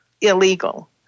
illegal